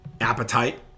appetite